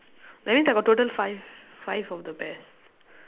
that means I got total five five of the pears